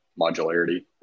modularity